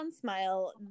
Smile